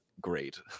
great